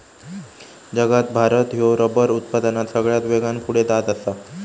जगात भारत ह्यो रबर उत्पादनात सगळ्यात वेगान पुढे जात आसा